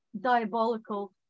diabolical